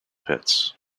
pits